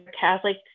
Catholic